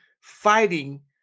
fighting